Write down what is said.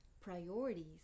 priorities